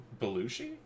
belushi